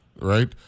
right